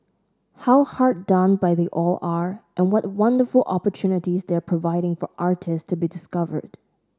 how hard done by they all are and what wonderful opportunities they're providing for artist to be discovered